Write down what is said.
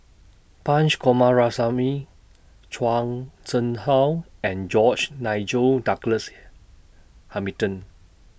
Punch Coomaraswamy Zhuang Sheng How and George Nigel Douglas Hamilton